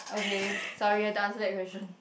okay sorry I don't answer that question